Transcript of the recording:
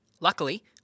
Luckily